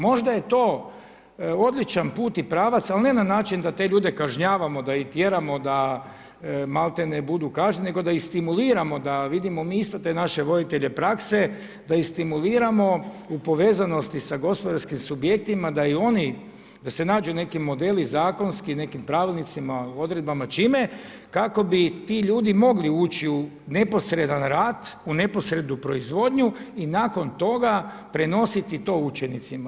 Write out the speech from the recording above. Možda je to odličan put i pravac, ali ne na način da te ljude kažnjavamo, da ih tjeramo da maltene budu kažnjeni, nego da ih stimuliramo, da vidimo mi isto te naše voditelje prakse, da ih stimuliramo u povezanosti sa gospodarskim subjektima, da se nađu neki modeli zakonski, nekim pravilnicima, odredbama, čime, kako bi ti ljudi mogli ući u neposredan rad, u neposrednu proizvodnju i nakon toga prenositi to učenicima.